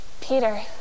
Peter